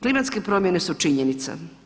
Klimatske promjene su činjenica.